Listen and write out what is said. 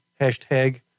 hashtag